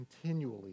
continually